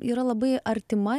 yra labai artima